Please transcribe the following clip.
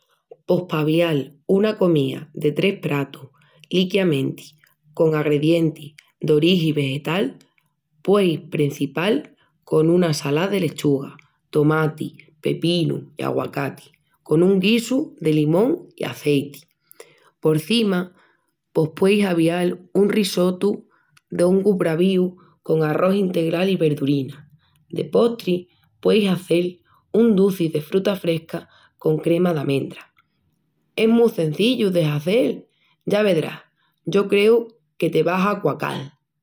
Pos pa avial una comía de tres pratus liquiamenti con agredientis d'origi vegetal pueis prencipial con una salá de lechuga, tomati, pepinu i aguacati, con un guisu de limón i azeiti. Porcima pos pueis avial un risottu de hongus bravíus con arrós integral i verdurinas. De postri, pueis hazel un duci de frutas frescas con crema d'amendras. Es mu cenzillu de hazel, ya vedrás, yo creu que te va a aquacal!